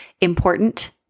important